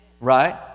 right